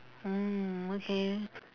mm okay